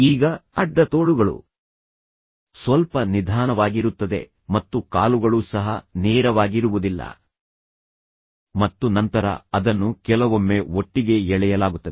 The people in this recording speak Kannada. ಈಗ ಅಡ್ಡ ತೋಳುಗಳು ಸ್ವಲ್ಪ ನಿಧಾನವಾಗಿರುತ್ತದೆ ಮತ್ತು ಕಾಲುಗಳು ಸಹ ನೇರವಾಗಿರುವುದಿಲ್ಲ ಮತ್ತು ನಂತರ ಅದನ್ನು ಕೆಲವೊಮ್ಮೆ ಒಟ್ಟಿಗೆ ಎಳೆಯಲಾಗುತ್ತದೆ